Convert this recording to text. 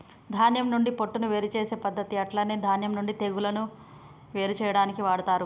ధాన్యం నుండి పొట్టును వేరు చేసే పద్దతి అట్లనే ధాన్యం నుండి తెగులును వేరు చేయాడానికి వాడతరు